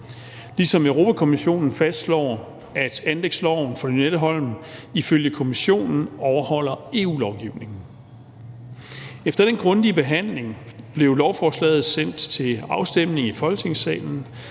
ligesom Europa-Kommissionen fastslår, at anlægsloven for Lynetteholm ifølge Kommissionen overholder EU-lovgivningen. Efter den grundige behandling blev lovforslaget sendt til afstemning i Folketingssalen,